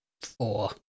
four